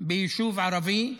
ביישוב ערבי,